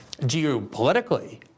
geopolitically